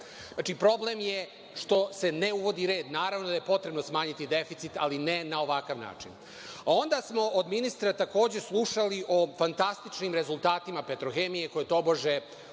Znači, problem je što se ne uvodi red. Naravno da je potrebno smanjiti deficit, ali ne na ovakav način. Onda smo od ministra takođe slušali o fantastičnim rezultatima „Petrohemije“ koje tobože